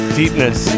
deepness